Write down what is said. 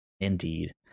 Indeed